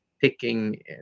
picking